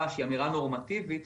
אמירה שהיא אמירה נורמטיבית,